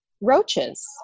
roaches